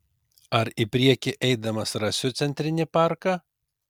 ar į priekį eidamas rasiu centrinį parką